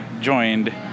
joined